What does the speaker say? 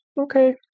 okay